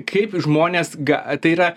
kaip žmonės ga tai yra